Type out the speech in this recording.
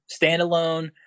Standalone